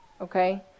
okay